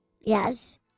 Yes